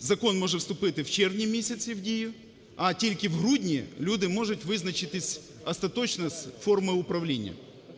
закон може вступити в червні місяці в дію, а тільки в грудні люди можуть визначитись остаточно з формою управління.